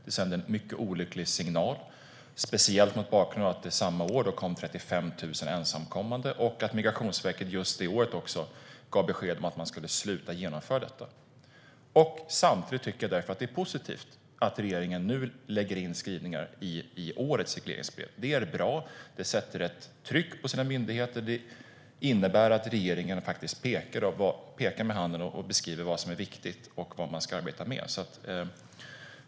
Det sände en mycket olycklig signal, särskilt mot bakgrund av att det samma år kom 35 000 ensamkommande och att Migrationsverket just det året gav beskedet att man skulle sluta genomföra detta. Samtidigt tycker jag att det är positivt att regeringen lägger in skrivningar i årets regleringsbrev. Det är bra. Det sätter ett tryck på myndigheterna. Det innebär att regeringen pekar med hela handen och beskriver vad som är viktigt och vad man ska arbeta med.